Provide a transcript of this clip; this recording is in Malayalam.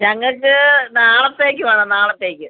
ഞങ്ങൾക്ക് നാളത്തേക്ക് വേണം നാളത്തേക്ക്